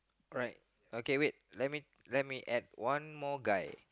right okay wait let me let me add one more guy